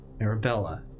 Arabella